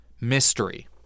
Mystery